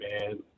man